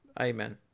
Amen